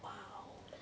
!wow!